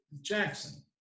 Jackson